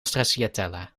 stracciatella